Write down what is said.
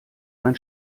mein